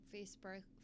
Facebook